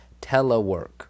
telework